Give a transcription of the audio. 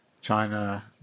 China